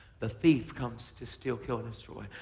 the thief comes to steal, kill and destroy.